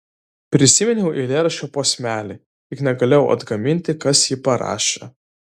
prisiminiau eilėraščio posmelį tik negalėjau atgaminti kas jį parašė